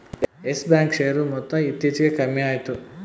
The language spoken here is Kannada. ಯಸ್ ಬ್ಯಾಂಕ್ ಶೇರ್ ಮೊತ್ತ ಇತ್ತೀಚಿಗೆ ಕಮ್ಮ್ಯಾತು